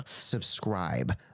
subscribe